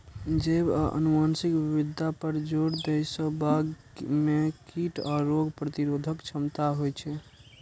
जैव आ आनुवंशिक विविधता पर जोर दै सं बाग मे कीट आ रोग प्रतिरोधक क्षमता होइ छै